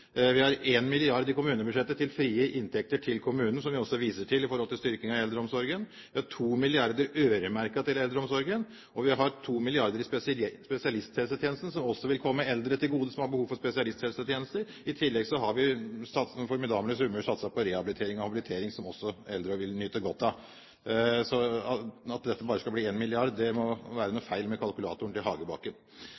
Vi har 1 mrd. kr i kommunebudsjettet til frie inntekter til kommunene, som vi også viser til vil styrke eldreomsorgen. Vi har 2 mrd. kr øremerket til eldreomsorgen, og vi har 2 mrd. kr til spesialisthelsetjenesten, som også vil komme eldre som har behov for spesialisthelsetjenester, til gode. I tillegg satser vi formidable summer på rehabilitering og habilitering, som også eldre vil nyte godt av. Det må være en feil med kalkulatoren til Hagebakken dersom dette bare skulle bli